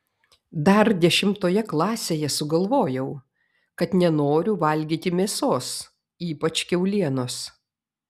dar dešimtoje klasėje sugalvojau kad nenoriu valgyti mėsos ypač kiaulienos